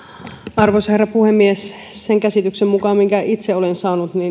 arvoisa herra puhemies sen käsityksen mukaan minkä itse olen saanut